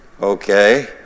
Okay